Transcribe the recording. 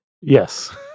Yes